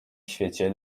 świecie